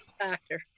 factor